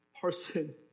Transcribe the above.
person